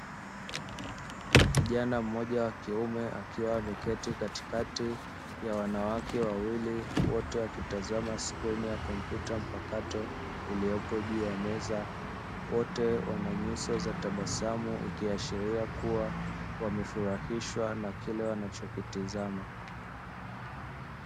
Kijana mmoja wa kiume akiwa ameketi katikati ya wanawake wawili wote wakitazama skrini ya kompyuta mpakato iliyopo juu ya meza, wote wana nyuso za tabasamu ikiashiria kuwa wamefurahishwa na kile wanachokitazama.